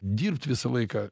dirbt visą laiką